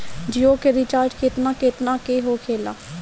जियो के रिचार्ज केतना केतना के होखे ला?